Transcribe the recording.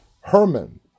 Herman